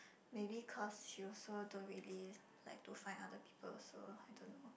maybe cause she also don't really like to find other people also I don't know